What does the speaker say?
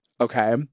Okay